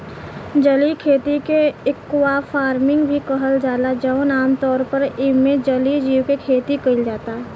जलीय खेती के एक्वाफार्मिंग भी कहल जाला जवन आमतौर पर एइमे जलीय जीव के खेती कईल जाता